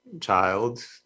child